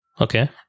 Okay